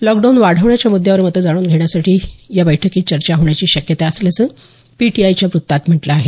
lockdown वाढवण्याच्या मुद्यावर मतं जाणून घेण्यासाठी ही बैठकीत चर्चा होण्याची शक्यता असल्याचं पीटीआयच्या वृत्तात म्हटलं आहे